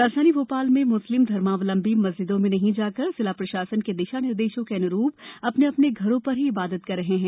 राजधानी भो ाल में मुस्लिम धर्मावलंबी मस्जिदों में नहीं जाकर जिला प्रशासन के दिशा निर्देशों के अन्रू अ ने अ ने घरों र ही इबादत कर रहे हैं